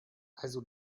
also